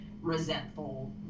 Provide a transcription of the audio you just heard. resentful